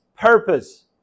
purpose